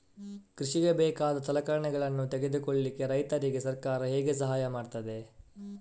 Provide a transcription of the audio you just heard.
ಕೃಷಿಗೆ ಬೇಕಾದ ಸಲಕರಣೆಗಳನ್ನು ತೆಗೆದುಕೊಳ್ಳಿಕೆ ರೈತರಿಗೆ ಸರ್ಕಾರ ಹೇಗೆ ಸಹಾಯ ಮಾಡ್ತದೆ?